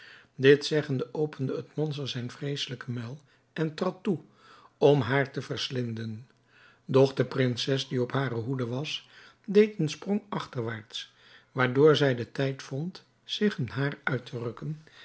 dit zeggende opende het monster zijn vreesselijken muil en trad toe om haar te verslinden doch de prinses die op hare hoede was deed een sprong achterwaarts waardoor zij den tijd vond zich een haar uit te